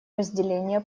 разделения